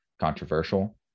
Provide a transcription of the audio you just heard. controversial